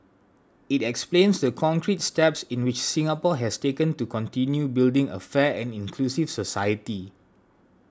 it explains the concrete steps in which Singapore has taken to continue building a fair and inclusive society